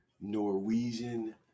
Norwegian